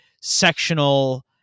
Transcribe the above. sectional